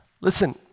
Listen